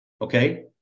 Okay